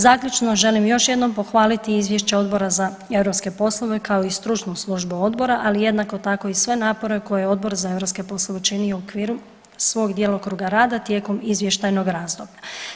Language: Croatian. Zaključno želim još jednom pohvaliti izvješće Odbora za europske poslove, kao i stručnu službu odbora, ali je tako i sve napore koje je Odbor za europske poslove učinio u okviru svog djelokruga rada tijekom izvještajnog razdoblja.